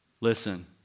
Listen